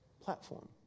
platform